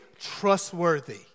trustworthy